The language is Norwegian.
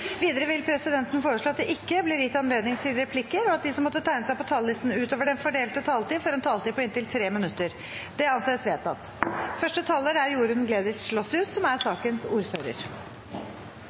Videre vil presidenten foreslå at det ikke blir gitt anledning til replikker, og at de som måtte tegne seg på talerlisten utover den fordelte taletid, får en taletid på inntil 3 minutter. – Det anses vedtatt.